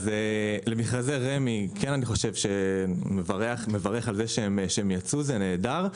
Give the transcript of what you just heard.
למכרזי רמ"י אני כן מברך על זה שהם יצאו; זה נהדר.